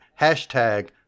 hashtag